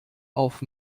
auf